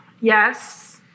Yes